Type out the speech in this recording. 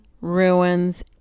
ruins